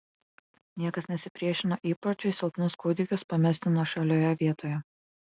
niekas nesipriešino įpročiui silpnus kūdikius pamesti nuošalioje vietoje